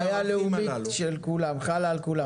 בעיה לאומית שחלה על כולם.